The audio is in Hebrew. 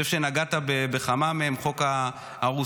אני חושב שנגעת בכמה מהם: חוק הארוסות,